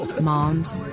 moms